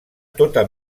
tota